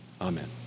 Amen